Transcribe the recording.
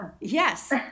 Yes